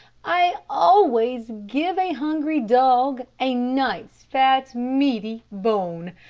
i always give a hungry dog a nice, fat, meaty bone.